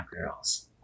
girls